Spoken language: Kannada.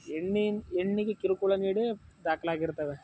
ಹೆಣ್ಣು ಹೆಣ್ಣಿಗೆ ಕಿರುಕುಳ ನೀಡಿ ದಾಖಲಾಗಿರ್ತವೆ